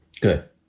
good